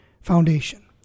Foundation